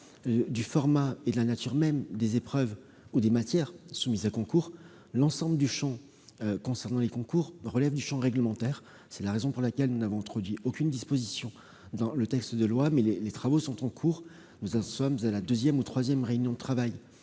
du format et de la nature même des épreuves ou des matières soumises à concours. L'ensemble des questions relatives aux concours relève du champ réglementaire : c'est la raison pour laquelle nous n'avons introduit aucune disposition dans le texte de loi. Mais les travaux sont en cours ; nous en sommes à la deuxième ou troisième réunion de travail